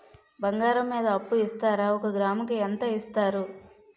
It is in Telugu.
బంగారం మీద అప్పు ఇస్తారా? ఒక గ్రాము కి ఎంత ఇస్తారు?